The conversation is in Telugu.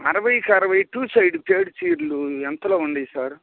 అరవై కరవై టూ సైడ్ పేట చీరలు ఎంతలో ఉన్నాయి సారు